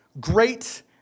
great